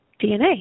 DNA